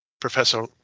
Professor